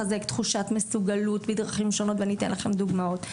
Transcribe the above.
חיזוק תחושת המסוגלות בדרכים שונות ואני יכולה לתת לכם דוגמאות.